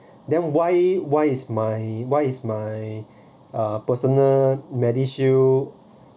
then why why is my why is my personal MediShield